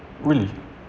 really